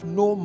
no